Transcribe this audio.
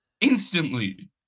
instantly